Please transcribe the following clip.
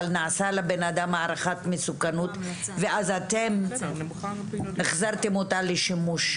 אבל נעשה לבן אדם הערכת מסוכנות ואז אתם החזרתם אותה לשימוש.